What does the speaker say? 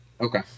Okay